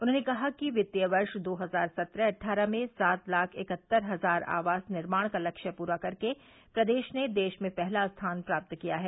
उन्होंने कहा कि वित्तीय वर्ष दो हजार सत्रह अट्ठारह में सात लाख इकहत्तर हजार आवास निर्माण का लक्ष्य पूरा करके प्रदेश ने देश में पहला स्थान प्राप्त किया है